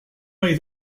may